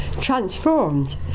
transformed